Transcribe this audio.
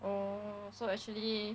oh so actually